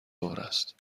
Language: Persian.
است